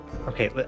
Okay